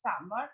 summer